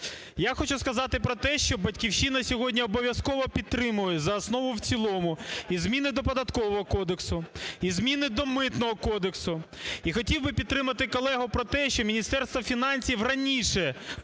Я хочу сказати про те, що "Батьківщина" сьогодні обов'язково підтримає за основу і в цілому і зміни до Податкового кодексу, і зміни до Митного кодексу. І хотів би підтримати колегу про те, що Міністерству фінансів раніше